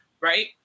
right